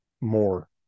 more